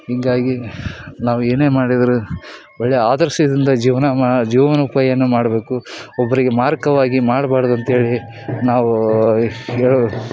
ಹೀಗಾಗಿ ನಾವು ಏನೇ ಮಾಡಿದ್ರು ಒಳ್ಳೆ ಆದರ್ಶದಿಂದ ಜೀವನ ಮಾ ಜೀವನೋಪಾಯನ್ನು ಮಾಡಬೇಕು ಒಬ್ಬರಿಗೆ ಮಾರಕವಾಗಿ ಮಾಡ್ಬಾರ್ದು ಅಂಥೇಳಿ ನಾವು ಏಳು